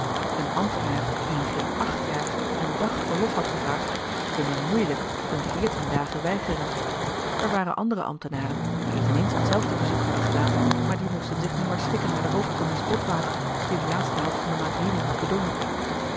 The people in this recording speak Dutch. een ambtenaar die in geen acht jaar een dag verlof had gevraagd kon men moeielijk een veertien dagen weigeren er waren andere ambtenaren die eveneens het zelfde verzoek hadden gedaan maar die moesten zich nu maar schikken naar den hoofdcommies botwater die de laatste helft van de maand juni had bedongen